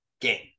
game